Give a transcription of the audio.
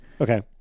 Okay